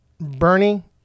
bernie